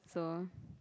so